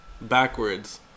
Backwards